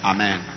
Amen